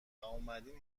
واومدین